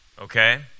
okay